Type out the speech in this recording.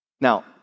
Now